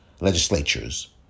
legislatures